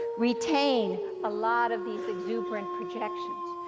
retain a lot of these exuberant projections.